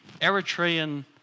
Eritrean